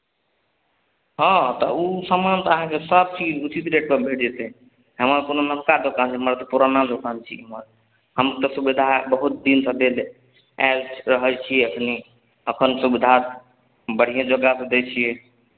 हँ तऽ ओ सामान तऽ अहाँके सभचीज उचित रेटपर भेट जेतै हमर कोनो नवका दोकान छै हमर तऽ पुराना दोकान छै हमर हम तऽ सुविधा बहुत दिनसँ देल आयल रहै छियै अपने एखन सुविधा बढ़िएँ जकाँसँ दै छियै